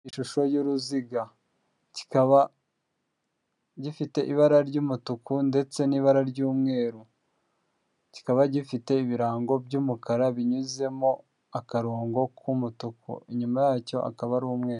Ishusho y'uruziga. kikaba gifite ibara ry'umutuku ndetse n'ibara ry'umweru. kikaba gifite ibirango by'umukara binyuzemo akarongo k'umutuku. Inyuma yacyo akaba ari umweru.